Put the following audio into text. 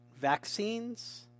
vaccines